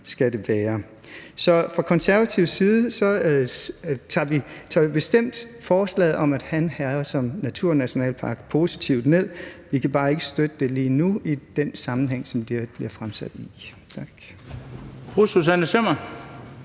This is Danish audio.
skal det være. Så fra konservativ side tager vi bestemt forslaget om en naturnationalpark i Han Herred positivt ned. Vi kan bare ikke støtte det lige nu i den sammenhæng, som det bliver fremsat i. Tak. Kl. 17:09 Den